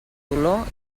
dolor